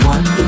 One